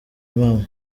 impamo